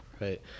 Right